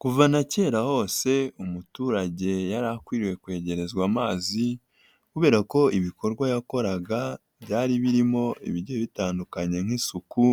Kuva na kera hose umuturage yari akwiriye kwegerezwa amazi, kubera ko ibikorwa yakoraga byari birimo ibigiye bitandukanye nk'isuku,